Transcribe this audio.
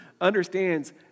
understands